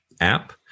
app